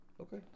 okay